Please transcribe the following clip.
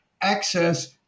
access